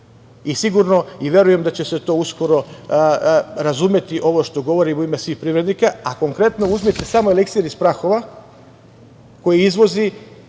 prelazu, i verujem da će se uskoro razumeti ovo što govorim u ime svih privrednika. Konkretno uzmite samo „Eliksir“ iz Prahova koji izvozi,